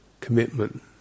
commitment